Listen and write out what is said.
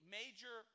major